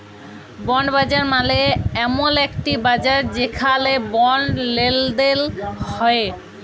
bond বাজার মালে এমল একটি বাজার যেখালে বন্ড লেলদেল হ্য়েয়